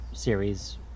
Series